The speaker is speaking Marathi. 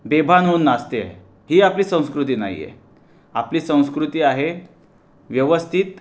बेभान होऊन नाचते ही आपली संस्कृती नाही आहे आपली संस्कृती आहे व्यवस्थित